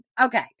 Okay